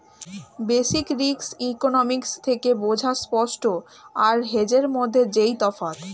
basic risk economics থেকে বোঝা spot আর হেজের মধ্যে যেই তফাৎ